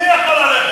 מי יכול עליכם?